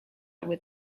with